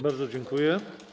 Bardzo dziękuję.